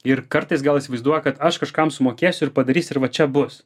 ir kartais gal įsivaizduoja kad aš kažkam sumokėsiu ir padarys ir va čia bus